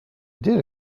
did